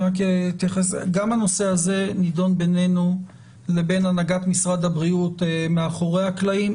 גם הנושא הזה נידון בינינו לבין הנהגת משרד הבריאות מאחורי הקלעים,